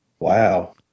Wow